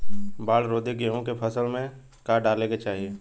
बाढ़ रोधी गेहूँ के फसल में का डाले के चाही?